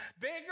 bigger